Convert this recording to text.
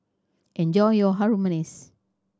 enjoy your Harum Manis